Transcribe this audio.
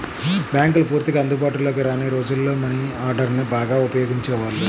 బ్యేంకులు పూర్తిగా అందుబాటులోకి రాని రోజుల్లో మనీ ఆర్డర్ని బాగా ఉపయోగించేవాళ్ళు